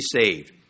saved